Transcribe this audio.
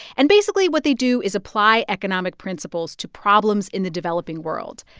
and basically, what they do is apply economic principles to problems in the developing world.